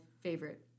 favorite